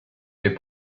est